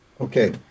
Okay